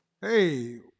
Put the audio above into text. Hey